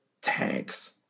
tanks